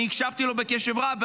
אני הקשבתי לו בקשב רב,